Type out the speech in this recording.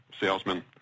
salesman